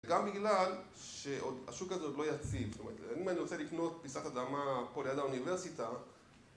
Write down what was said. גם בגלל שעוד, שהשוק הזה עוד לא יציב, זאת אומרת, אם אני רוצה לקנות פיסת אדמה פה ליד האוניברסיטה